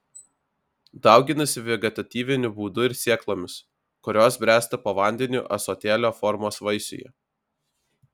dauginasi vegetatyviniu būdu ir sėklomis kurios bręsta po vandeniu ąsotėlio formos vaisiuje